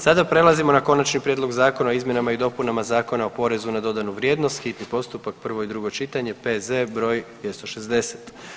Sada prelazimo na: -Konačni prijedlog zakona o izmjenama i dopunama Zakona o porezu na dodanu vrijednost, hitni postupak, prvo i drugo čitanje, P.Z. br. 260.